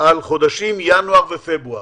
על חודשים ינואר ופברואר,